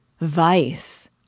Vice